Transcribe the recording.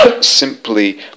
simply